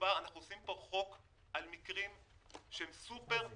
אנחנו עושים כאן חוק על מקרים שהם סופר חריגים,